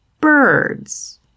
birds